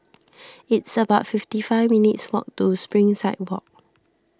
it's about fifty five minutes' walk to Springside Walk